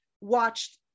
watched